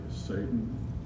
Satan